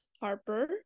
Harper